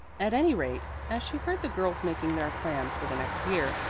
at any rate, as she heard the girls making their plans for the next year,